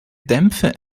dämpfe